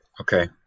Okay